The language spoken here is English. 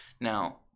now